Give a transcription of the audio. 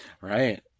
Right